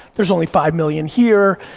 there's only five million here,